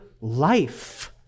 life